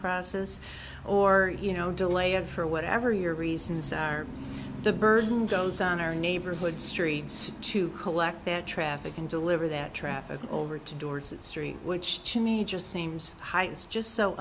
process or you know delay it for whatever your reasons are the burden goes on our neighborhood streets to collect their traffic and deliver that traffic over to dorset street which to me just seems high it's just so